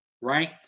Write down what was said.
right